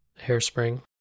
hairspring